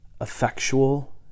effectual